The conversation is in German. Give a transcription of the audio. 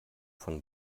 von